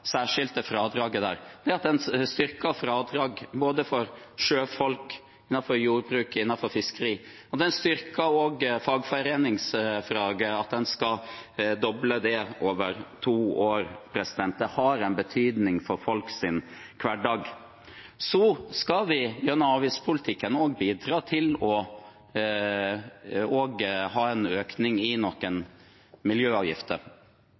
det særskilte fradraget, man styrker fradrag både for sjøfolk, innenfor jordbruk og innenfor fiskeri, man styrker også fagforeningsfradraget ved å doble det over to år. Det har betydning for folks hverdag. Vi skal gjennom avgiftspolitikken også bidra til å øke noen miljøavgifter. Det ligger også i